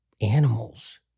Animals